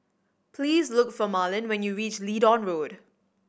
please look for Marlyn when you reach Leedon Road